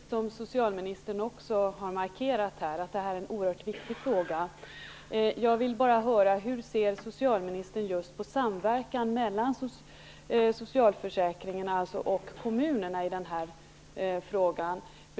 Fru talman! Som socialministern markerat tycker också jag att det här är en oerhört viktig fråga. Jag vill bara höra hur socialministern ser på just samverkan mellan socialförsäkringen och kommunerna i den här frågan.